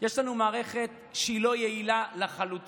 שיש לנו מערכת שהיא לא יעילה לחלוטין,